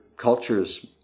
Cultures